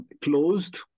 closed